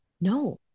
no